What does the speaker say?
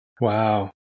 Wow